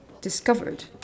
discovered